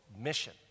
Mission